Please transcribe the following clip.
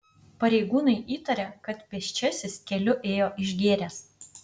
pareigūnai įtaria kad pėsčiasis keliu ėjo išgėręs